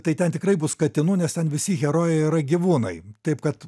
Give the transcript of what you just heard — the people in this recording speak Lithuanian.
tai ten tikrai bus katinų nes ten visi herojai yra gyvūnai taip kad